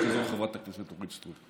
חברת הכנסת אורית סטרוק.